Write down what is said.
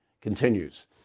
continues